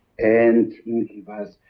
and he was